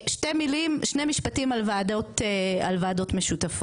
שני משפטים על ועדות משותפות.